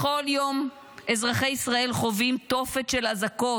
בכל יום אזרחי ישראל חווים תופת של אזעקות,